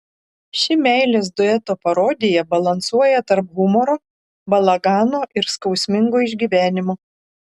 ši meilės dueto parodija balansuoja tarp humoro balagano ir skausmingo išgyvenimo